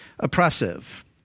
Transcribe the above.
oppressive